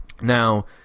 now